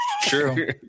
true